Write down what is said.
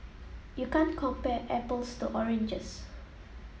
you can't compare apples to oranges